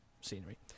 scenery